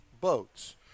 boats